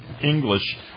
English